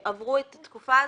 שעברו את התקופה הזאת,